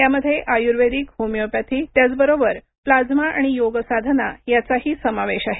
यामध्ये आयुर्वेदिक होमिओपॅथी त्याचबरोबर प्लाझ्मा आणि योग साधना याचाही समावेश आहे